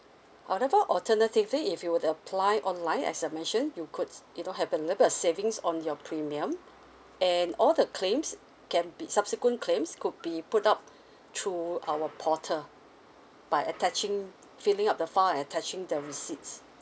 however alternatively if you were to apply online as I mentioned you could you know have a little bit of savings on your premium and all the claims can be subsequent claims could be put up through our portal by attaching filling up the file and attaching the receipts